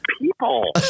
people